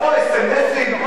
או אס.אם.אסים.